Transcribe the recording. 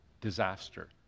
disaster